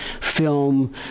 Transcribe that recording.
film